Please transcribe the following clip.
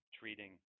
treating